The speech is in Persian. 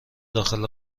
داخل